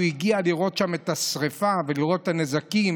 הגיע לראות את השרפה שם ואת הנזקים.